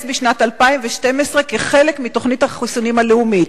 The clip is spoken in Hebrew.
בשנת 2012 כחלק מתוכנית החיסונים הלאומית,